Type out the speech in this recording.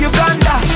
Uganda